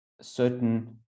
certain